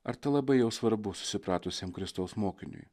ar tai labai jau svarbu susipratusiam kristaus mokiniui